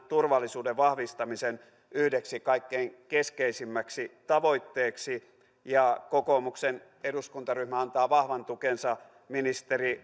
turvallisuuden vahvistamisen yhdeksi kaikkein keskeisimmäksi tavoitteeksi kokoomuksen eduskuntaryhmä antaa vahvan tukensa ministeri